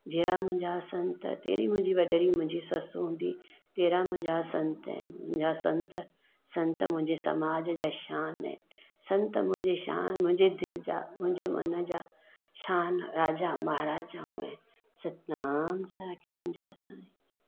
जहिड़ा मुंहिंजा संत तहिड़ी मुंहिंजी वॾेरी मुंहिंजी ससु हूंदी तहिड़ा मुंहिंजा संत आहिनि संत संत मुंहिंजे समाज जा शान आहे संत मुंहिंजे शान मुंहिंजे दिलि जा मुंहिंजे मन जा शान राजा महाराजाऊं आहिनि सतनाम साखी मुंहिंजा संत